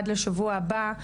עד לשבוע הבא,